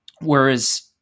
Whereas